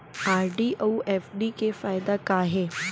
RD अऊ FD के फायेदा का हे?